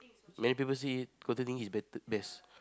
many people see is better best